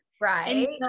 right